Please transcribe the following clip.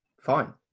fine